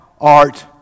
art